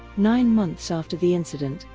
nine months after the incident,